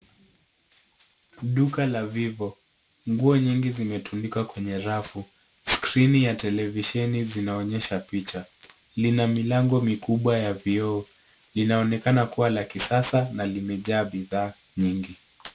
Duka la vivo, nguo nyingi zimetundikwa kwenye rafu, skrini ya televisheni zinaonyesha picha. Lina milango mikubwa ya vioo, linaonekana kuwa la kisasa na limejaa bidhaa nyingi.